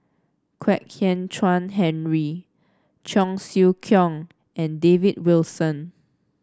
Kwek Hian Chuan Henry Cheong Siew Keong and David Wilson